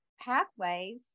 pathways